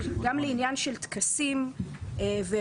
גם לעניין של טקסים ואירועים,